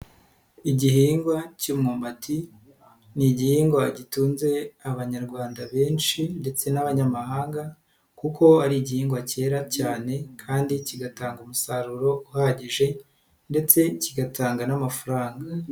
Igihingwa k'imyumbati ni igihingwa gitunze Abanyarwanda benshi ndetse n'abanyamahanga kuko ari igihingwa kera cyane kandi kigatanga umusaruro uhagije ndetse kigatanga n'amafaranga.